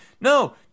No